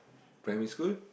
private school